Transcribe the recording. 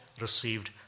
received